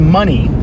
money